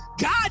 god